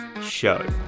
show